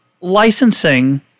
Licensing